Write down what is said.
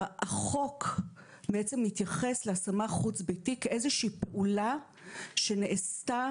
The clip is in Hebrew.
החוק בעצם מתייחס להשמה חוץ-ביתית כאיזושהי פעולה שנעשתה